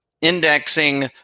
indexing